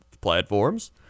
platforms